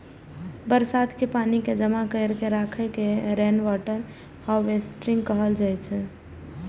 बरसात के पानि कें जमा कैर के राखै के रेनवाटर हार्वेस्टिंग कहल जाइ छै